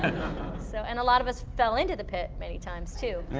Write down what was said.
so and a lot of us fell into the pit many times, too.